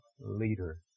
leader